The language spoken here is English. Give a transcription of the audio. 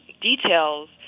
details